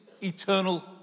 eternal